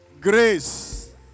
grace